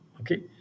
Okay